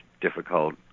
difficult